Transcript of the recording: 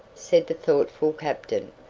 said the thoughtful captain.